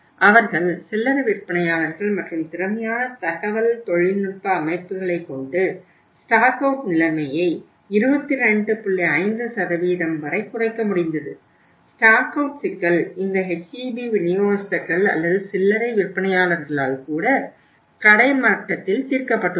அவர்கள் சில்லறை விற்பனையாளர்கள் மற்றும் திறமையான தகவல் தொழில்நுட்ப அமைப்புகளைக் கொண்டு ஸ்டாக் அவுட் சிக்கல் இந்த HEB விநியோகஸ்தர்கள் அல்லது சில்லறை விற்பனையாளர்களால்ட கடை மட்டத்தில் தீர்க்கப்பட்டுள்ளது